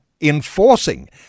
enforcing